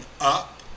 up